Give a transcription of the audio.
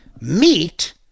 meat